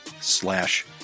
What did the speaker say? slash